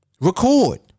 Record